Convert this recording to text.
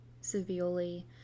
severely